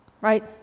Right